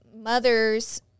mother's